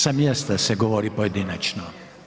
Sa mjesta se govori pojedinačno.